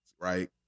right